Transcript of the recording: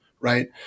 Right